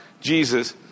Jesus